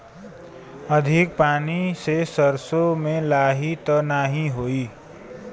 अधिक पानी से सरसो मे लाही त नाही होई?